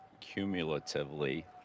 cumulatively